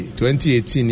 2018